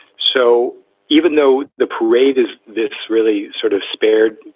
so even though the parade is this really sort of spared